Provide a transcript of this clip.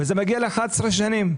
וזה מגיע ל-11 שנים.